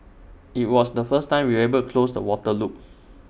IT was the first time we were able close the water loop